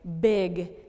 Big